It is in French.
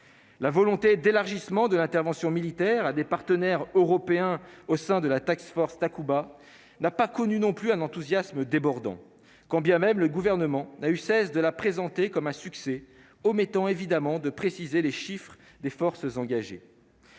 la volonté d'élargissement de l'intervention militaire à des partenaires européens au sein de la tax force Takuba n'a pas connu non plus un enthousiasme débordant, quand bien même le gouvernement n'a eu cesse de la présenter comme un succès homme étant évidemment de préciser les chiffres des forces engagées.